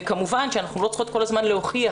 כמובן שאנחנו לא צריכות כל הזמן להוכיח,